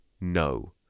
no